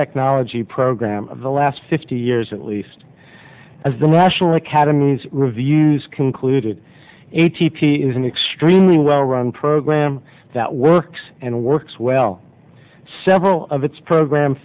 technology program of the last fifty years at least as the national academies reviews concluded a t p is an extremely well run program that works and works well several of its program